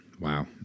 Wow